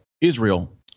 Israel